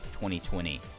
2020